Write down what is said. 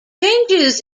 changes